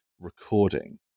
recording